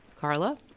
Carla